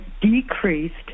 decreased